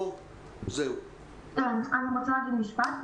אני רוצה להגיד משפט.